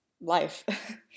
life